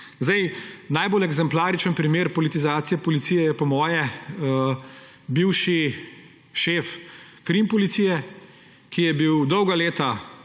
najbolj eksemplaričen primer politizacije policije je po moje bivši šef KRIM policije, kar je bil dolga leta,